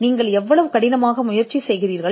எனவே நீங்கள் எவ்வளவு கடினமாக முயற்சி செய்கிறீர்கள்